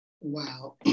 Wow